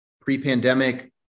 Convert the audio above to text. pre-pandemic